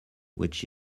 which